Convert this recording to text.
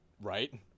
Right